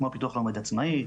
כמו פיתוח לימוד עצמאי,